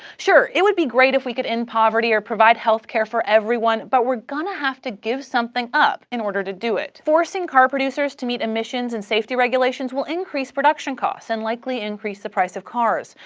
sure, it would be great if we could end poverty or provide healthcare for everyone, but we're gonna have to give something up in order to do it. forcing car producers to meet emissions and safety regulations will increase production costs and likely increase the price of cars,